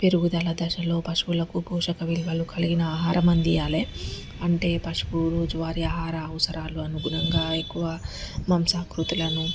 పెరుగుదల దశలో పశువులకు పోషక విలువలు కలిగిన ఆహారం అందియ్యాలి అంటే పశువు రోజు వారి ఆహార అవసరాలు అనుగుణంగా ఎక్కువ మాంసాకృతులను